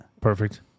Perfect